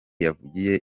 yavugiye